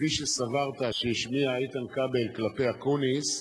כפי שסברת שהשמיע איתן כבל כלפי אקוניס,